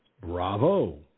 bravo